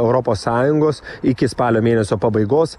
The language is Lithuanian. europos sąjungos iki spalio mėnesio pabaigos